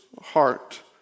heart